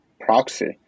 proxy